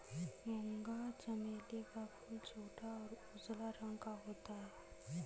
मूंगा चमेली का फूल छोटा और उजला रंग का होता है